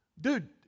Dude